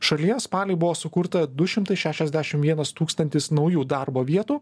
šalyje spalį buvo sukurta du šimtai šešiasdešim vienas tūkstantis naujų darbo vietų